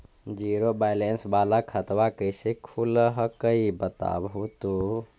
Zero balance वाला खतवा कैसे खुलो हकाई बताहो तो?